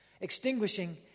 extinguishing